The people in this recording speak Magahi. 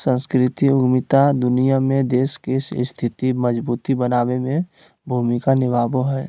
सांस्कृतिक उद्यमिता दुनिया में देश के स्थिति मजबूत बनाबे में भूमिका निभाबो हय